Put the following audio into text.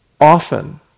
often